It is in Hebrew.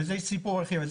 וזה סיפור אחר.